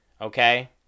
okay